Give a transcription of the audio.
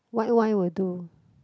white wine will do